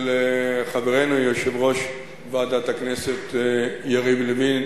של חברנו יושב-ראש ועדת הכנסת יריב לוין.